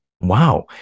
wow